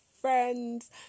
friends